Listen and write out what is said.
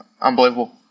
unbelievable